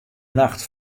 nacht